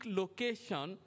location